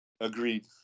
Agreed